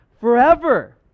forever